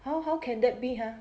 how how can that be !huh!